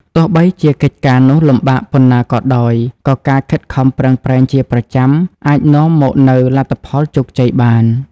ទោះបីជាកិច្ចការនោះលំបាកប៉ុណ្ណាក៏ដោយ ក៏ការខិតខំប្រឹងប្រែងជាប្រចាំអាចនាំមកនូវលទ្ធផលជោគជ័យបាន។